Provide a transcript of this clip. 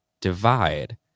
divide